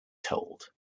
told